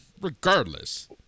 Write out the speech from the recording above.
regardless